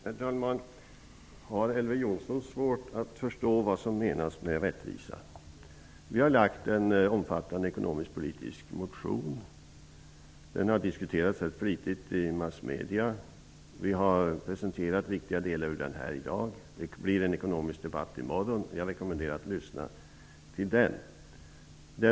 Herr talman! Har Elver Jonsson svårt att förstå vad som menas med rättvisa? Vi har väckt en omfattande motion om den ekonomiska politiken. Den har diskuterats ganska flitigt i massmedierna, och vi har presenterat viktiga delar av den här i dag. Det blir också en ekonomisk debatt i morgon. Jag rekommenderar er att lyssna till den.